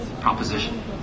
proposition